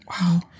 Wow